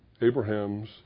Abraham's